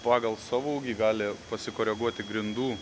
pagal savo ūgį gali pasikoreguoti grindų